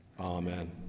amen